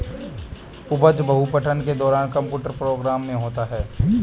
उपज बहु पठन के दौरान कंप्यूटर प्रोग्राम में होता है